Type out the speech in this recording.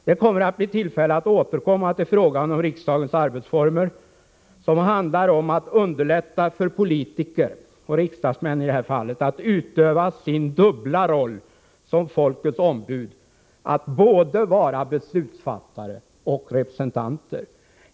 Det kommer att bli tillfälle att återkomma till frågan om riksdagens arbetsformer, som handlar om att underlätta för politiker, i detta fall riksdagsmän, att utöva sin dubbla roll som folkets ombud — att vara både beslutsfattare och representanter.